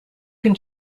can